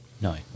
No